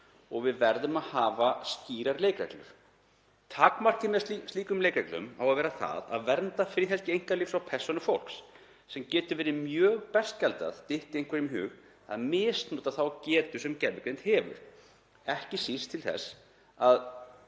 og við verðum að hafa skýrar leikreglur. Takmarkið með slíkum leikreglum á að vera að vernda friðhelgi einkalífs og persónu fólks sem getur verið mjög berskjaldað dytti einhverjum í hug að misnota þá getu sem gervigreind hefur, ekki síst til þess,